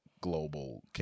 global